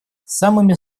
самыми